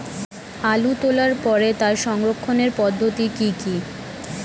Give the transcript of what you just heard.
আলু তোলার পরে তার সংরক্ষণের পদ্ধতি কি কি?